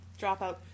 dropout